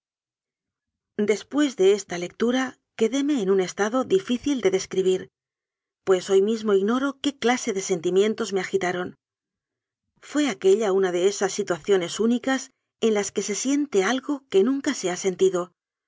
después de esta lectura quedéme en un estado difícil de describir pues hoy mismo ignoro qué clase de sentimientos me agitaron fué aquella una de esas situaciones únicas en las que se siente algo que nunca se ha sentido